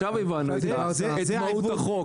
עכשיו הבנו את מהות החוק.